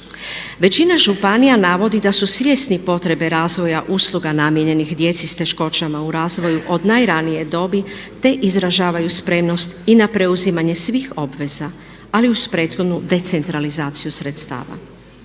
Većina županija navodi da su svjesni potrebe razvoja usluga namijenjenih djeci s teškoćama u razvoju od najranije dobi, te izražavaju spremnost i na preuzimanje svih obveza, ali uz prethodnu decentralizaciju sredstava.